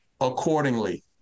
accordingly